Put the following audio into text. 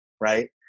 right